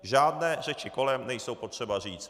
Žádné řeči kolem nejsou potřeba říct.